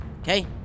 Okay